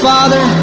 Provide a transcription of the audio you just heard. Father